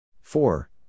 Four